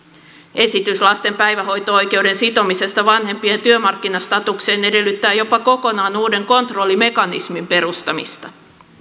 esitys lasten päivähoito oikeuden sitomisesta vanhempien työmarkkinastatukseen edellyttää jopa kokonaan uuden kontrollimekanismin perustamista